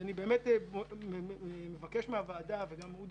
אני מבקש מהוועדה: אודי